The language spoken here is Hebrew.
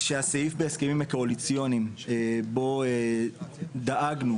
שהסעיף בהסכמים הקואליציוניים בו דאגנו